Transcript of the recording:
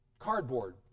cardboard